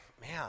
Man